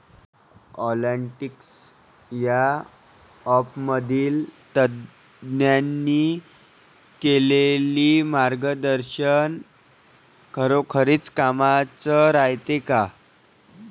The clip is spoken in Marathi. प्लॉन्टीक्स या ॲपमधील तज्ज्ञांनी केलेली मार्गदर्शन खरोखरीच कामाचं रायते का?